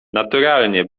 naturalnie